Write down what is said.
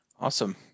Awesome